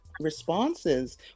responses